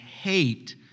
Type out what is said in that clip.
hate